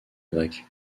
grec